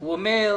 הוא אומר,